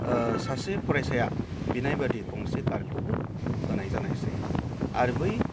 सासे फरायसाया बिनाय बादि गंसे कारखौबो होनाय जानायसै आरो बै